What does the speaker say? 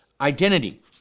identity